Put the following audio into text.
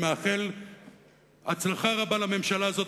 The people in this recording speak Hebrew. אני מאחל הצלחה רבה לממשלה הזאת,